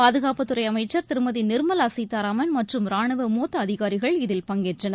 பாதுகாப்புத்துறை அமைச்சர் திருமதி நிர்மலா சீதாராமன் மற்றும் ராணுவ மூத்த அதிகாரிகள் இதில் பங்கேற்றனர்